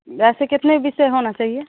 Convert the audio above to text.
ऐसे कितने विषय होना चाहिए